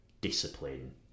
discipline